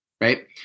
right